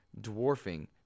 dwarfing